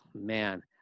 man